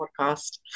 podcast